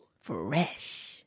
fresh